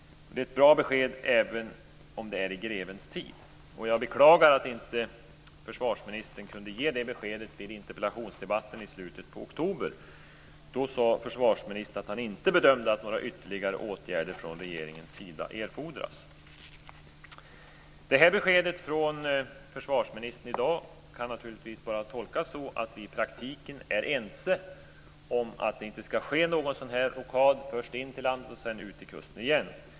Det är ett bra besked som kom i grevens tid. Jag beklagar att försvarsministern inte kunde ge det beskedet vid interpellationsdebatten i slutet på oktober. Då sade försvarsministern att han inte bedömde att några ytterligare åtgärder från regeringens sida erfordrades. Detta besked från försvarsministern i dag kan naturligtvis bara tolkas så att vi i praktiken är ense om att det inte skall ske någon rockad först in i landet och sedan ut till kusten igen.